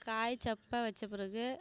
காய் சப்பை வச்ச பிறகு